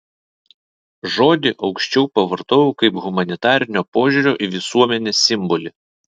žodį aukščiau pavartojau kaip humanitarinio požiūrio į visuomenę simbolį